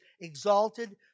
exalted